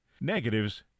Negatives